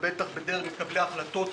ובטח בדרג מקבלי ההחלטות,